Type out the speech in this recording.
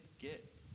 get